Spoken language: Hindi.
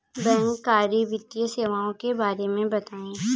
बैंककारी वित्तीय सेवाओं के बारे में बताएँ?